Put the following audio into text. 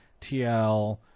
TL